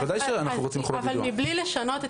בוודאי שאנחנו רוצים חובת יידוע.